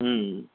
ம்